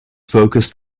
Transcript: focused